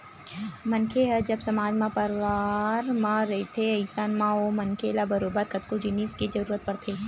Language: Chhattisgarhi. मनखे ह जब समाज म परवार म रहिथे अइसन म ओ मनखे ल बरोबर कतको जिनिस के जरुरत पड़थे